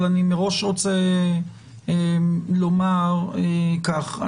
אבל אני מראש רוצה לומר כך,